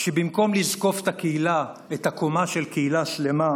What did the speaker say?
שבמקום לזקוף את הקומה של קהילה שלמה,